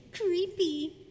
creepy